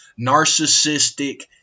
narcissistic